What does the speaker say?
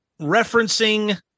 referencing